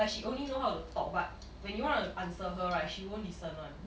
like she only know how to talk but when you want to answer her right she won't listen [one]